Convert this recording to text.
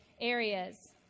areas